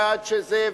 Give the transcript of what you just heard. ועד שזה,